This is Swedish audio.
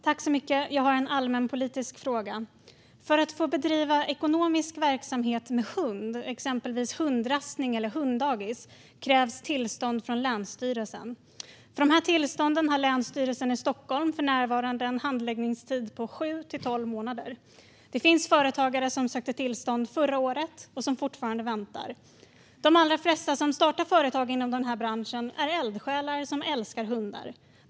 Fru talman! Jag har en allmänpolitisk fråga. För att få bedriva ekonomisk verksamhet med hund, exempelvis hundrastning eller hunddagis, krävs tillstånd från länsstyrelsen. För de tillstånden har Länsstyrelsen i Stockholm för närvarande en handläggningstid på sju till tolv månader. Det finns företagare som sökte tillstånd förra året och som fortfarande väntar. De allra flesta som startar företag i den här branschen är eldsjälar som älskar hundar.